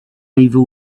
evil